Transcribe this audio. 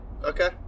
Okay